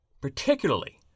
particularly